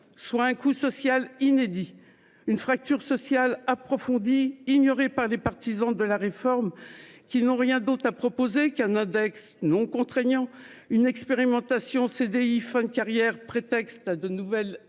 soit un coût social inédit et une fracture sociale approfondie, ignorée par les partisans de la réforme, qui n'ont rien d'autre à proposer qu'un index non contraignant, l'expérimentation d'un CDI fin de carrière, prétexte à de nouvelles exonérations,